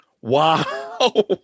Wow